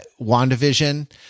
WandaVision